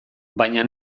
baina